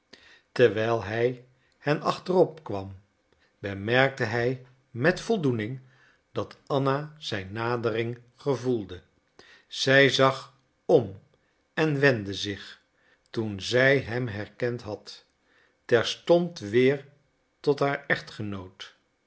terwijl hij hen achterop kwam bemerkte hij met voldoening dat anna zijn nadering gevoelde zij zag om en wendde zich toen zij hem herkend had terstond weer tot haar echtgenoot